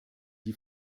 die